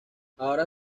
ahora